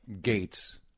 Gates